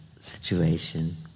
situation